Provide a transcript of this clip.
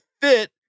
fit